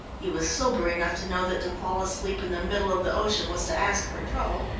he was sober enough to know that to fall asleep in the middle of the ocean was to ask for trouble,